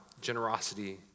generosity